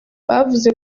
bavuze